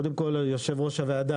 קודם כל יושב-ראש הוועדה,